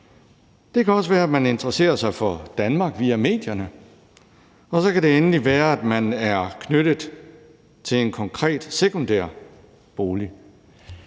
Det kan også være, at man interesserer sig for Danmark via medierne. Og så kan det endelig være, at man er knyttet til en konkret sekundær bolig.